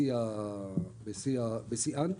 בשיאן.